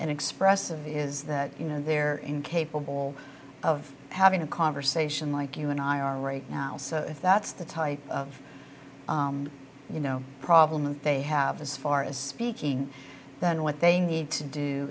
and expressive is that you know they're incapable of having a conversation like you and i are right now so if that's the type of you know problem and they have as far as speaking then what they need to do